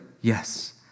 Yes